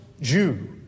Jew